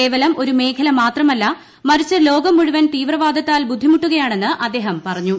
കേവലം ഒരു മേഖല മാത്രമല്ല മറിച്ച് ലോകം മുഴുവൻ തീവ്രവാദത്താൽ ബുദ്ധിമുട്ടുകയാണെന്ന് അദ്ദേഹം പറഞ്ഞു